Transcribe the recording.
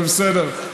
זה בסדר.